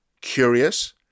curious